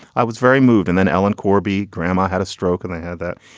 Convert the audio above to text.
i was very moved. and then ellen corby, grandma had a stroke and they had that.